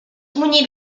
munyit